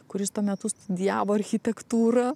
kuris tuo metu studijavo architektūrą